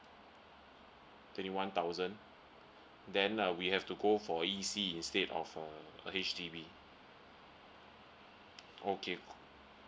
twenty one thousand then uh we have to go for E_C instead of a a H_D_B okay